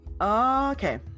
Okay